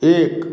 एक